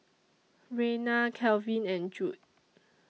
Raina Calvin and Judd